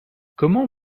comment